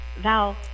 Val